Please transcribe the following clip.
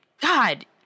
God